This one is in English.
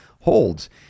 holds